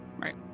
Right